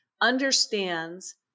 understands